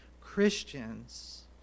Christians